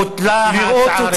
בוטלה ההצעה הראשונה.